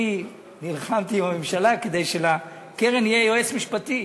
אני נלחמתי עם הממשלה כדי שלקרן יהיה יועץ משפטי.